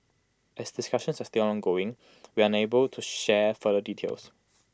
as discussions are still ongoing we are unable to share further details